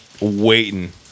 waiting